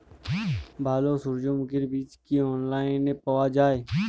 ভালো সূর্যমুখির বীজ কি অনলাইনে পাওয়া যায়?